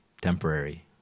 temporary